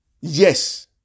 Yes